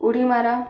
उडी मारा